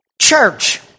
Church